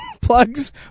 plugs